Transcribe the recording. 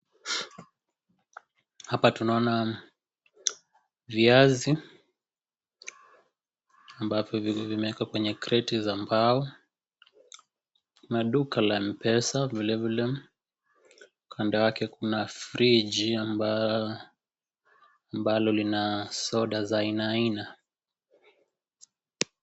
Hapa tunaona viazi, ambavyo vimewekwa kwenye kreti za mbao, na duka la M-Pesa vile vile, kando yake kuna friji ambalo lina soda za aina aina.